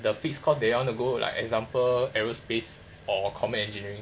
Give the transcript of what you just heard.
the fixed course they want to go like example aerospace or common engineering